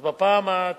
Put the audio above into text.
אז בפעם ה-92.